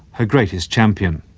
her greatest champion.